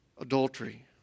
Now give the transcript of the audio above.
adultery